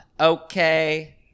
Okay